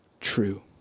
true